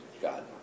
God